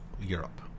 Europe